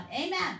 Amen